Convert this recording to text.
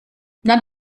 dann